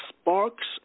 sparks